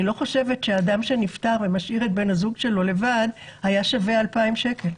אני לא חושבת שאדם שנפטר ומשאיר את בן הזוג שלו לבד היה שווה 2,000 שקל.